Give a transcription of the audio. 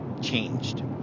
changed